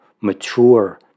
mature